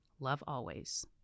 lovealways